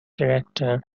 character